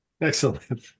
Excellent